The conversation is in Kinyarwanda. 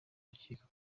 urukiko